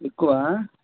ఎక్కువ